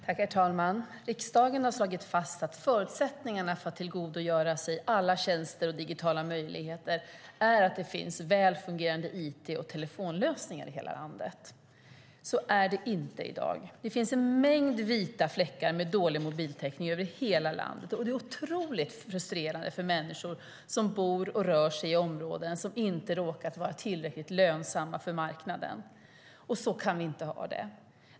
Herr talman! Riksdagen har slagit fast att förutsättningen för att man ska kunna tillgodogöra sig alla tjänster och digitala möjligheter är att det finns väl fungerande it och telefonlösningar i hela landet. Så är det inte i dag. Det finns en mängd vita fläckar med dålig mobiltäckning över hela landet. Det är otroligt frustrerande för människor som bor och rör sig i områden som inte råkat vara tillräckligt lönsamma för marknaden. Så kan vi inte ha det.